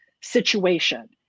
situation